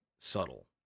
subtle